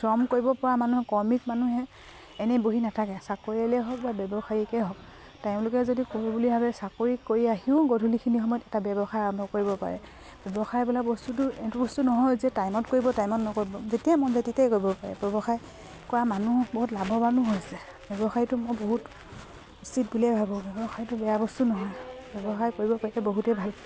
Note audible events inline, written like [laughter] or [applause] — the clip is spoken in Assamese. শ্ৰম কৰিব পৰা মানুহে শ্ৰমিক মানুহে এনেই বহি নাথাকে চাকৰিয়ালেই হওক বা ব্যৱসায়িকেই হওক তেওঁলোকে যদি কৰো বুলি ভাবে চাকৰি কৰি আহিও গধূলিখিনি সময়ত এটা ব্যৱসায় আৰম্ভ কৰিব পাৰে ব্যৱসায় বোলা বস্তুটো এইটো বস্তু নহয় যে টাইমত কৰিব টাইমত নকৰিব যেতিয়াই মন তেতিয়াই কৰিব পাৰে ব্যৱসায় কৰা মানুহ বহুত লাভৱানো হৈছে ব্যৱসায়টো মই বহুত উচিত বুলিয়ে ভাবোঁ ব্যৱসায়টো বেয়া বস্তু নহয় ব্যৱসায় কৰিব [unintelligible] বহুতেই ভাল